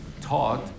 taught